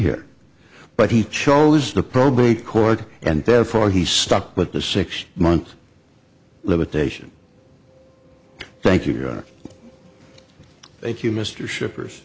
here but he chose the probate court and therefore he's stuck with the six month limitation thank you thank you mr schippers